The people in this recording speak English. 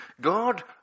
God